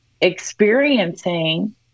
experiencing